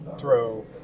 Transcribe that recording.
throw